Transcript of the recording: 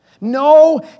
No